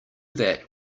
that